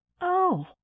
Oh